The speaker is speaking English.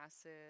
acid